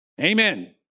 Amen